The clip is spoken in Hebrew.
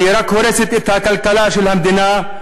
שרק הורסת את הכלכלה של המדינה,